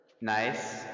Nice